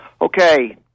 Okay